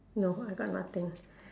no I got nothing